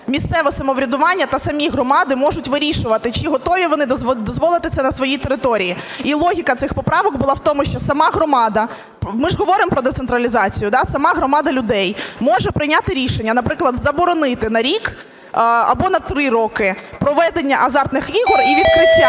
місцеве самоврядування та самі громади можуть вирішувати, чи готові вони дозволити це на своїй території. І логіка цих поправок була в тому, що сама громада – ми ж говоримо про децентралізацію – сама громада людей може прийняти рішення, наприклад, заборонити на рік або на три роки проведення азартних ігор і відкриття